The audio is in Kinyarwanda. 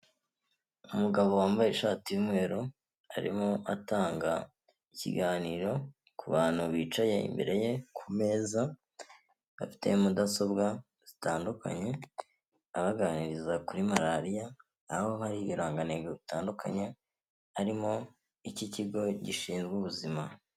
Umugabo wambaye ishati y'umweru arimo atanga ikiganiro ku bantu bicaye imbere ye ku meza, afite mudasobwa zitandukanye abaganiriza kuri malariya aho hari ibirangantego bitandukanye harimo icy'ikigo gishinzwe ubuzima.